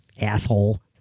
Asshole